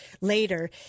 later